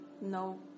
no